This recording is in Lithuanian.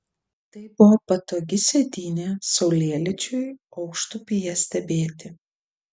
tai buvo patogi sėdynė saulėlydžiui aukštupyje stebėti